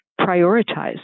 prioritize